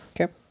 Okay